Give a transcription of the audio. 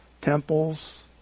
temples